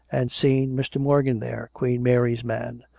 and seen mr. mor gan there. queen mary's man,